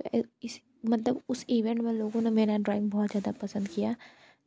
तो ए इस मतलब उस ईवेंट में लोगों ने मेरा ड्रॉइंग बहुत ज़्यादा पसंद किया